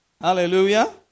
Hallelujah